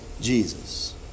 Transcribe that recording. Jesus